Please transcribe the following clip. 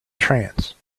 trance